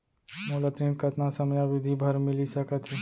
मोला ऋण कतना समयावधि भर मिलिस सकत हे?